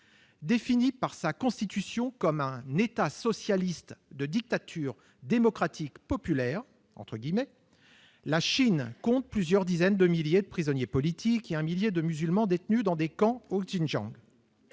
Définie par sa Constitution comme un « État socialiste de dictature démocratique populaire », la Chine compte plusieurs dizaines de milliers de prisonniers politiques et un millier de musulmans détenus dans des camps au Xinjiang.